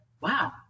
wow